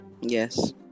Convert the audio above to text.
Yes